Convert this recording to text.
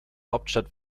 hauptstadt